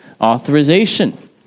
authorization